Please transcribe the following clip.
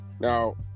Now